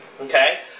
okay